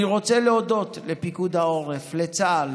אני רוצה להודות לפיקוד העורף, לצה"ל